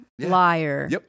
liar